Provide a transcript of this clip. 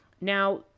Now